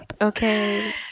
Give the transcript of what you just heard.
okay